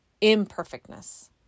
imperfectness